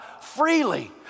freely